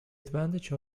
advantage